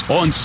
on